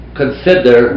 consider